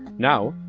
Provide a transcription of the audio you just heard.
now,